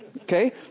Okay